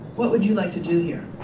what would you like to do here?